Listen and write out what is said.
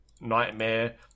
nightmare